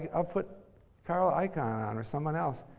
i'll put carl icahn on or someone else.